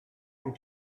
cent